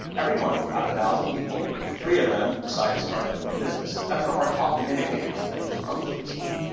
every month out of a thousand people, three of them decide to start a new business. that's from our kauffman indicators that we just published recently.